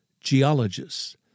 geologists